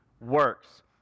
works